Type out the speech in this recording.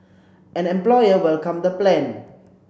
an employer welcomed the plan